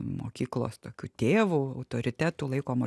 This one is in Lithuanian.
mokyklos tokiu tėvu autoritetu laikomo